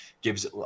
gives